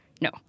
No